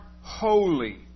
holy